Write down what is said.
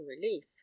relief